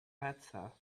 better